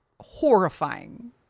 horrifying